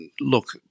look